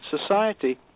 society